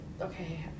okay